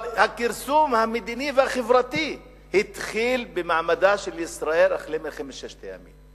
אבל הכרסום המדיני והחברתי במעמדה של ישראל התחיל אחרי מלחמת ששת הימים.